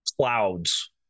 clouds